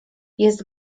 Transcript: jest